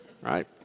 right